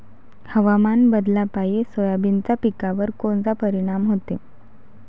हवामान बदलापायी सोयाबीनच्या पिकावर कोनचा परिणाम होते?